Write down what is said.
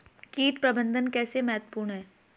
कीट प्रबंधन कैसे महत्वपूर्ण है?